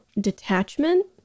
detachment